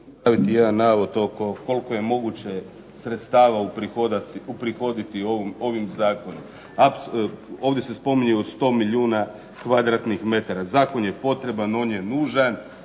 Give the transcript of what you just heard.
se./... jedan navod oko koliko je moguće sredstava uprihoditi ovim zakonom. Ovdje se spominje 100 milijuna kvadratnih metara. Zakon je potreban, on je nužan